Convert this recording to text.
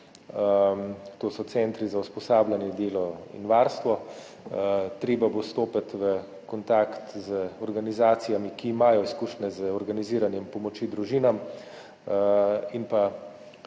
to so centri za usposabljanje, delo in varstvo, treba bo stopiti v kontakt z organizacijami, ki imajo izkušnje z organiziranjem pomoči družinam, in pa